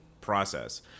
process